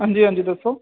ਹਾਂਜੀ ਹਾਂਜੀ ਦੱਸੋ